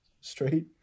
straight